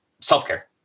self-care